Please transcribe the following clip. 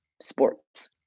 sports